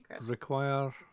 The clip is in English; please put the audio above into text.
Require